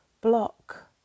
block